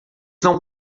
não